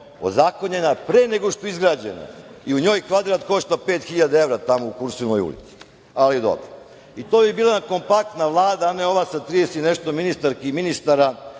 Ozakonjena pre nego što je izgrađena i u njoj kvadrat košta 5.000 evra tamo u Kursulinoj ulici, ali dobro. To bi bila kompaktna Vlada, a ne ova sa 30 i nešto minstarki i ministara,